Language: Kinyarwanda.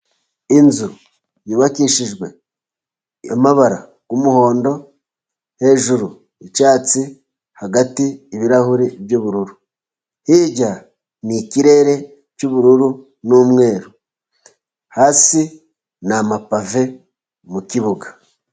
Inzu yubakishijwe y'amabara y'umuhondo, hejuru icyatsi , hagati ibirahuri by'ubururu .Hirya ni ikirere cy'ubururu n'umweru ,hasi ni amapave mukibuga.